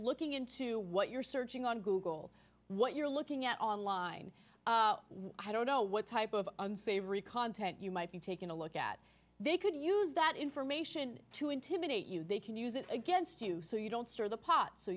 looking into what you're searching on google what you're looking at online i don't know what type of unsavory content you might be taking a look at they could use that information to intimidate you they can use it against you so you don't stir the pot so